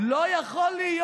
לא יכול להיות,